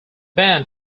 band